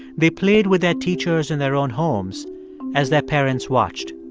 they played with their teachers in their own homes as their parents watched.